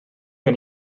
gen